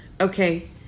Okay